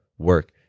work